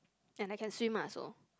and I can swim ah so